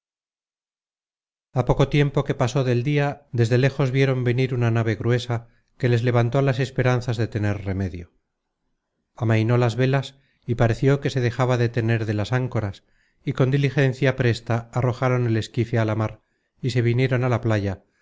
a poco tiempo que pasó del dia desde lejos vieron venir una nave gruesa que les levantó las esperanzas de tener remedio amainó las velas y pareció que se dejaba detener de las áncoras y con diligencia presta arrojaron el esquife á la mar y se vinieron a la playa